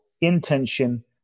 intention